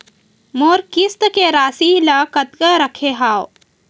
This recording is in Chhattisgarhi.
मोर किस्त के राशि ल कतका रखे हाव?